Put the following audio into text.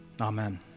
Amen